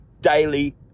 Daily